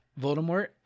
Voldemort